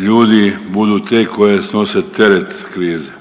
ljudi budu ti koji snose teret krize.